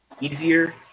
easier